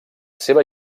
seva